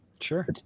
Sure